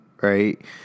right